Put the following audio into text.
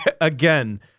Again